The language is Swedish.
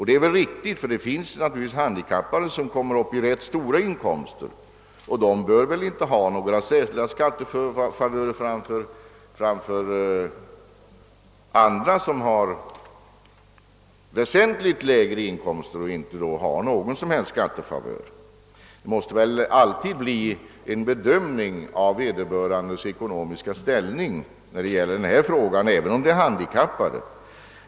Det är väl riktigt, ty det finns naturligtvis handikappade som når upp till rätt stora inkomster, och de bör inte ha särskilda skattefavörer framför andra, som kanske har väsentligt lägre inkomster. Det måste i detta avseende alltid bli en bedömning av vederbörandes ekonomiska ställning, även om det gäller handikappade.